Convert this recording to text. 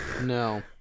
No